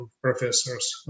professors